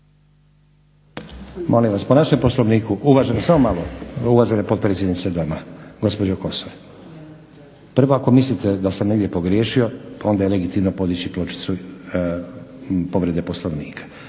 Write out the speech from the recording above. Molim vas, po našem Poslovniku, samo malo, uvažena potpredsjednice Doma gospođo Kosor, prvo ako mislite da sam negdje pogriješio onda je legitimno podići pločicu povrede Poslovnika.